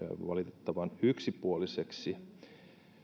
valitettavan yksipuoliseksi